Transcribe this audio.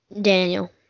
Daniel